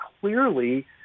clearly